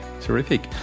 Terrific